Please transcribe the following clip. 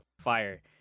fire